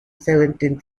seventeenth